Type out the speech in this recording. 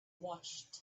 watched